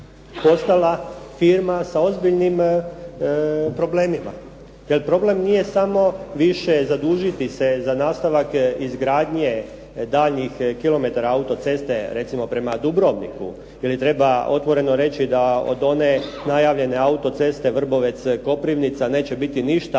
postala firma sa ozbiljnim problemima. Jer problem nije samo više zadužiti se za nastavak izgradnje daljnjih kilometara autoceste recimo prema Dubrovniku ili treba otvoreno reći da od one najavljene autoceste Vrbovec-Koprivnica neće biti ništa,